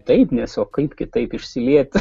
taip nes o kaip kitaip išsilieti